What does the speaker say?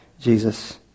Jesus